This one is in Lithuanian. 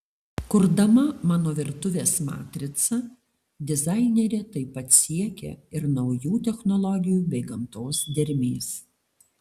kurdama mano virtuvės matricą dizainerė taip pat siekė ir naujų technologijų bei gamtos dermės